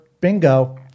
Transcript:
Bingo